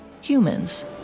humans